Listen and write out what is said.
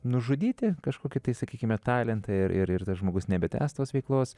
nužudyti kažkokį tai sakykime talentą ir ir tas žmogus nebetęs tos veiklos